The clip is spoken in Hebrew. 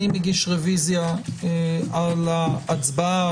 אני מגיש רביזיה על ההצבעה.